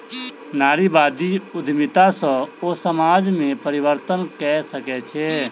नारीवादी उद्यमिता सॅ ओ समाज में परिवर्तन कय सकै छै